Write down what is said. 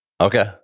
Okay